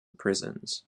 prisons